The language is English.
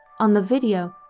on the video,